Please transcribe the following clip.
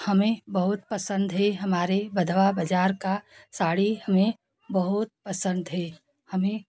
हमें बहुत पसंद है हमारे बधवा बाजार का साड़ी हमें बहुत पसंद हैं हमें